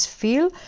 feel